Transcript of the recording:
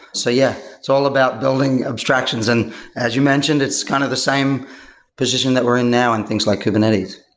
so yeah, it's all about building abstractions. and as you mentioned, it's kind of the same position that we're in now in things like kubernetes